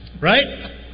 right